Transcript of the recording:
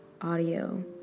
audio